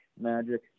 Magic